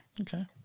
Okay